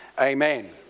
Amen